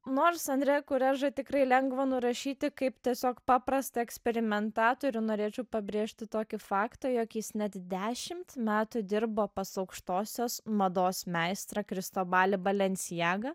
nors anre kurežą tikrai lengva nurašyti kaip tiesiog paprastą eksperimentatorių norėčiau pabrėžti tokį faktą jog jis net dešimt metų dirbo pas aukštosios mados meistrą kristobalį balencijagą